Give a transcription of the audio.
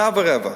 שנה ורבע.